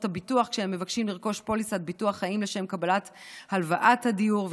הביטוח כשהם מבקשים לרכוש פוליסת ביטוח חיים לשם קבלת הלוואת הדיור,